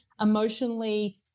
emotionally